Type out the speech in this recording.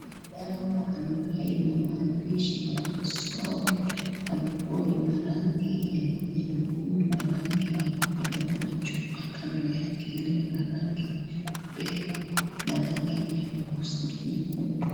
Dawa ambayo ina maandishi feosol ambapo ina rangi nyekundu na rangi nyeupe na kuna chupa kando yake ilio na rangi nyeupe na rangi nyekundu.